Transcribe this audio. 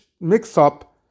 mix-up